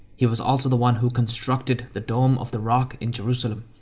he was also the one who constructed the dome of the rock in jerusalem.